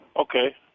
Okay